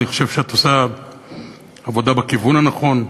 אני חושב שאת עושה עבודה בכיוון הנכון.